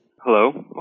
Hello